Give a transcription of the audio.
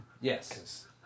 Yes